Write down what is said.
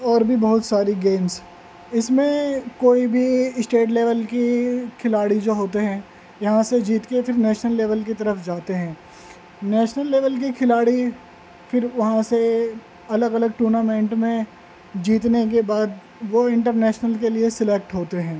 اور بھی بہت ساری گیمس اس میں کوئی بھی اسٹیٹ لیول کی کھلاڑی جو ہوتے ہیں یہاں سے جیت کے پھر نیشنل لیول کی طرف جاتے ہیں نیشنل لیول کی کھلاڑی پھر وہاں سے الگ الگ ٹورنامنٹ میں جیتنے کے بعد وہ انٹرنیشنل کے لیے سلیکٹ ہوتے ہیں